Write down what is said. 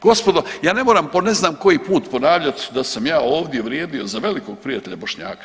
Gospodo ja ne moram po ne znam koji put ponavljati da sam ja ovdje uvrijedio za velikog prijatelja Bošnjaka.